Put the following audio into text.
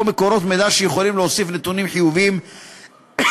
או מקורות מידע שיכולים להוסיף נתונים חיוביים על